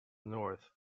north